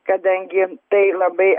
kadangi tai labai